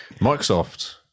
Microsoft